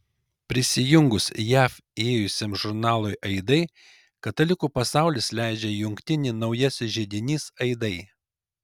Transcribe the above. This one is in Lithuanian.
prisijungus jav ėjusiam žurnalui aidai katalikų pasaulis leidžia jungtinį naujasis židinys aidai